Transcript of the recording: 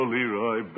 Leroy